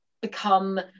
Become